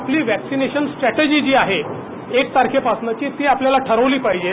आपली vaccination strategy जी आहे एक तारखेपासून ती आपल्याला ठरवली पाहिजे